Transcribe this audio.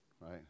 right